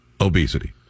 Obesity